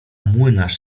młynarz